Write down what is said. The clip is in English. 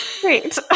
Great